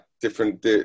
different